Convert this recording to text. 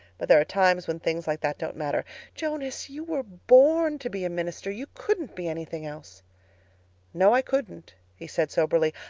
but there are times when things like that don't matter jonas, you were born to be a minister. you couldn't be anything else no, i couldn't he said soberly.